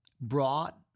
brought